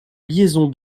liaison